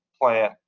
plan